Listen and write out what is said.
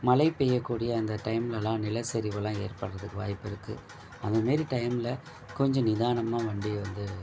மழை பெய்யக்கூடிய அந்த டைம்லெலாம் நில சரிவெலாம் ஏற்படுறதுக்கு வாய்ப்பு இருக்குது அந்த மாரி டைமில் கொஞ்சம் நிதானமாக வண்டியை வந்து